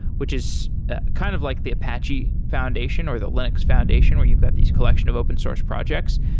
which is ah kind of like the apache foundation, or the linux foundation where you've got these collection of open-source projects.